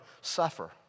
suffer